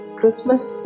Christmas